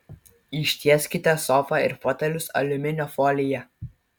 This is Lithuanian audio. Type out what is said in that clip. ištieskite sofą ir fotelius aliuminio folija